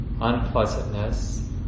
unpleasantness